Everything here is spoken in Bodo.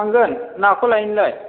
थांगोन नाखौ लायनोलाय